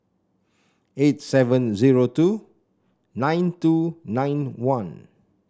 eight seven zero two nine two nine one